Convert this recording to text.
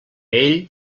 ell